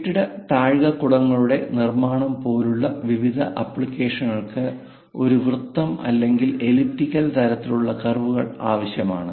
കെട്ടിട താഴികക്കുടങ്ങളുടെ നിർമ്മാണം പോലുള്ള വിവിധ ആപ്ലിക്കേഷനുകൾക്ക് ഒരു വൃത്തം അല്ലെങ്കിൽ എലിപ്റ്റിക്കൽ തരത്തിലുള്ള കർവുകൾ ആവശ്യമാണ്